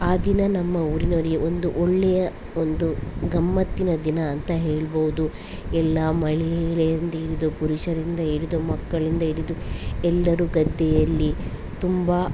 ಆ ದಿನ ನಮ್ಮ ಊರಿನವರಿಗೆ ಒಂದು ಒಳ್ಳೆಯ ಒಂದು ಗಮ್ಮತ್ತಿನ ದಿನ ಅಂತ ಹೇಳ್ಬೋದು ಎಲ್ಲಾ ಮಹಿಳೆಯರಿಂದ ಹಿಡಿದು ಪುರುಷರಿಂದ ಹಿಡಿದು ಮಕ್ಕಳಿಂದ ಹಿಡಿದು ಎಲ್ಲರು ಗದ್ದೆಯಲ್ಲಿ ತುಂಬ